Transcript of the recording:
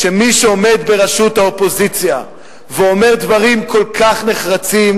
מי שעומד בראשות האופוזיציה ואומר דברים כל כך נחרצים,